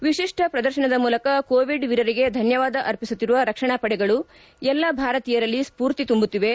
ವಿಶಿಷ್ಠ ಪ್ರದರ್ಶನದ ಮೂಲಕ ಕೋವಿಡ್ ವೀರರಿಗೆ ಧನ್ಯವಾದ ಅರ್ಪಿಸುತ್ತಿರುವ ರಕ್ಷಣಾ ಪಡೆಗಳು ಎಲ್ಲಾ ಭಾರತೀಯರಲ್ಲಿ ಸ್ಫೂರ್ತಿ ತುಂಬುತ್ತಿವೆ